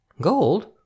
Gold